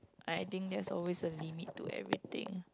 I think there's always a limit to everything